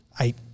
eight